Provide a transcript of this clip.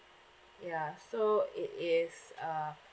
ya so it is uh